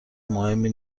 مهمی